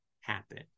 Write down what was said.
happen